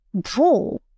draw